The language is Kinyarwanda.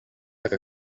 aka